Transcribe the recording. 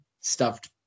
stuffed